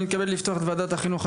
אני מתכבד לפתוח את ועדת החינוך,